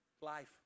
Life